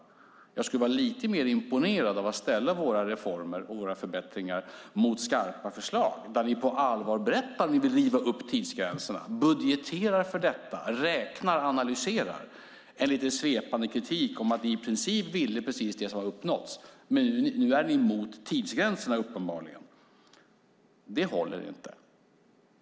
Jag skulle vara lite mer imponerad om våra reformer och våra förbättringar ställdes mot skarpa förslag där ni på allvar berättar om ni vill riva upp tidsgränserna, budgeterar för detta, räknar och analyserar i stället för lite svepande kritik. Ni ville i princip precis det som har uppnåtts, men nu är ni emot tidsgränserna, uppenbarligen. Det håller inte.